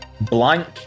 blank